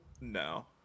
No